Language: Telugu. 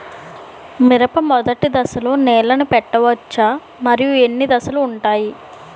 మిరప మొదటి దశలో నీళ్ళని పెట్టవచ్చా? మరియు ఎన్ని దశలు ఉంటాయి?